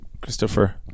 Christopher